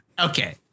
Okay